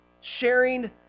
Sharing